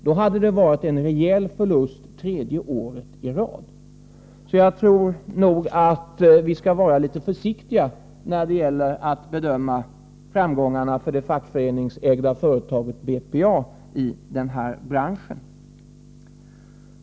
Då hade det varit en rejäl förlust tredje året i rad, så jag tror att vi skall vara litet försiktiga när det gäller att bedöma framgångarna i den här branschen för det fackföreningsägda företaget BPA.